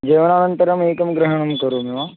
जवनानन्तरम् एकं ग्रहणं करोमि वा